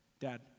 Dad